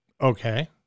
Okay